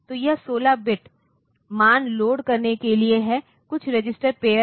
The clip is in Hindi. तो यह 16 बिट मान लोड करने के लिए है कुछ रजिस्टर पेअर पर